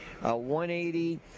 180